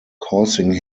causing